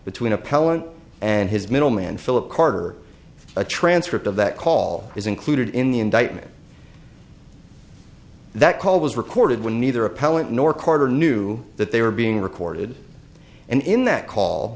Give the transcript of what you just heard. appellant and his middle man philip carter a transcript of that call is included in the indictment that call was recorded when neither appellant nor carter knew that they were being recorded and in that call